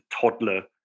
toddler